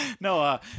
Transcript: No